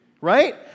right